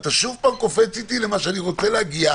אתה שוב קופץ איתי למה שאני רוצה להגיע,